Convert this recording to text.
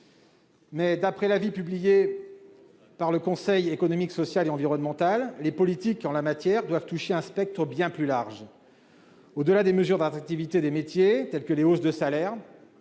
Mais, d'après l'avis du Conseil économique, social et environnemental (CESE), les politiques en la matière doivent cibler un spectre bien plus large. Au-delà des mesures pour renforcer l'attractivité des métiers, telles que les hausses de salaire,